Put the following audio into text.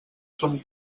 són